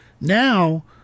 Now